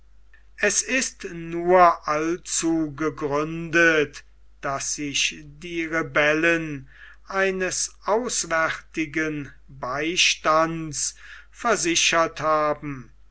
es ist nur allzu gegründet daß sich die rebellen eines auswärtigen beistandes versichert haben